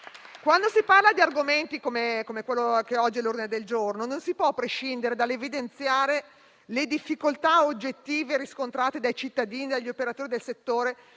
Quando si parla di argomenti come quello che è oggi all'ordine del giorno non si può prescindere dall'evidenziare le difficoltà oggettive riscontrate dai cittadini e dagli operatori del comparto